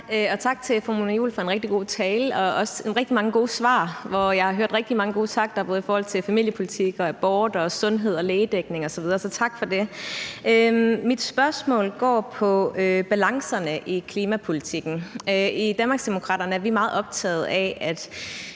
Tak til fru Mona Juul for en rigtig god tale og også rigtig mange gode svar. Jeg har hørt rigtig mange gode takter i forhold til familiepolitik, abort, sundhed og lægedækning osv. Så tak for det. Mit spørgsmål går på balancerne i klimapolitikken. I Danmarksdemokraterne er vi meget optaget af,